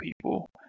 people